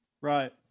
Right